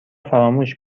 فراموش